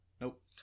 Nope